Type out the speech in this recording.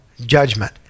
judgment